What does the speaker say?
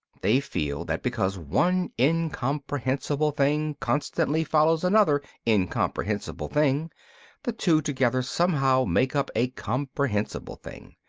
they feel that because one incomprehensible thing constantly follows another incomprehensible thing the two together somehow make up a comprehensible thing.